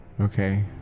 okay